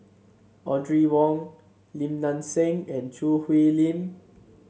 Audrey Wong Lim Nang Seng and Choo Hwee Lim